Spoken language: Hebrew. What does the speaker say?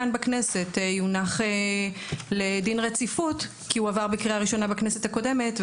הוא יונח לדין רציפות בכנסת כי הוא עבר בקריאה ראשונה בכנסת הקודמת.